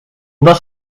was